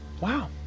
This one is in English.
Wow